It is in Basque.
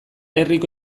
herriko